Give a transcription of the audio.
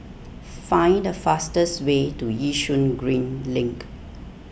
find the fastest way to Yishun Green Link